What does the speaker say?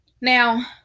Now